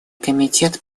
комитет